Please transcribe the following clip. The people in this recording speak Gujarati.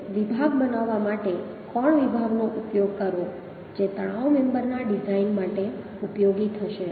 એટલે કે વિભાગ બનાવવા માટે કોણ વિભાગનો ઉપયોગ કરો જે તણાવ મેમ્બર ડિઝાઇન માટે ઉપયોગી થશે